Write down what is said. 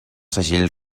segells